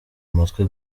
amatwi